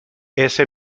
ese